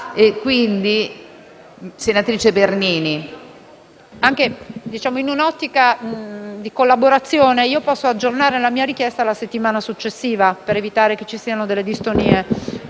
in un'ottica di collaborazione, posso aggiornare la mia richiesta alla settimana prossima, per evitare che ci siano distonie.